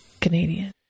Canadian